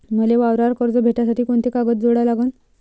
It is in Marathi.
मले वावरावर कर्ज भेटासाठी कोंते कागद जोडा लागन?